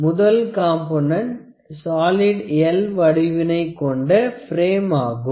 முதல் component solid L வடிவினை கொண்ட பிரெம் ஆகும்